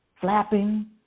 flapping